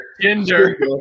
gender